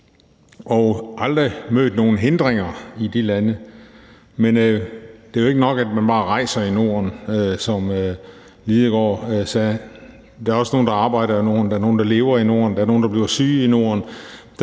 aldrig mødt nogen hindringer i de lande. Men det er jo ikke nok, at man bare rejser i Norden, som hr. Martin Lidegaard sagde. Der er også nogle, der arbejder og lever i Norden; der er nogle, der bliver syge i Norden.